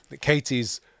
Katie's